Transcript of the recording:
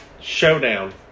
showdown